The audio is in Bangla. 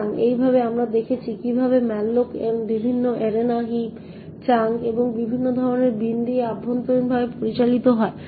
সুতরাং এইভাবে আমরা দেখেছি কিভাবে malloc বিভিন্ন এরেনা হিপ চাঙ্ক এবং বিভিন্ন ধরনের বিন দিয়ে অভ্যন্তরীণভাবে পরিচালিত হয়